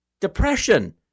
Depression